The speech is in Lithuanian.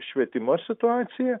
švietimo situacija